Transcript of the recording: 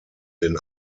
den